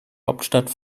hauptstadt